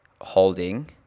holding